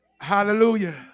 Hallelujah